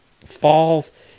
falls